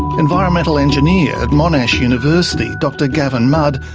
environmental engineer at monash university, dr gavin mudd,